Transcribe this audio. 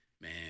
man